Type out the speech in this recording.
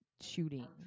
shooting